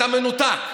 אתה מנותק.